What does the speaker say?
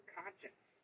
conscience